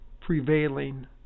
prevailing